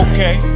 Okay